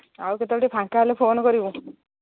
ଆଉ କେତେବେଳେ ଟିକେ ଫାଙ୍କା ହେଲେ ଟିକେ ଫୋନ୍ କରିବୁ